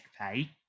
pay